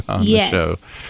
Yes